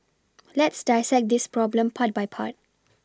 let's dissect this problem part by part